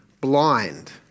blind